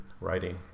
writing